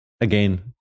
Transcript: again